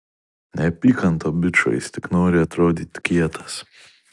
nepyk ant to bičo jis tik nori atrodyt kietas